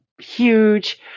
huge